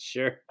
Sure